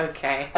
Okay